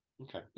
okay